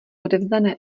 odevzdané